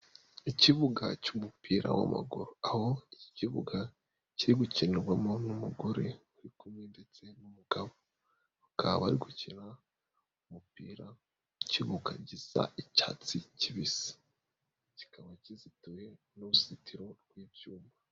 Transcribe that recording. Ikibuga cy'umupira w'amaguru aho iki kibuga kiri gukinirwamo n'umugore uri kumwe ndetse n'umugabo, bakaba ari gukina umupira ikibuga gisa icyatsi kibisi, kikaba kizitiwe n'uruzitiro rw'ibyuma.